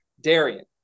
darian